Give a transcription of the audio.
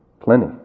plenty